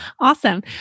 Awesome